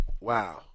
Wow